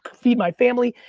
feed my family,